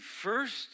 first